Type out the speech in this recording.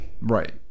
Right